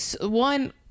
one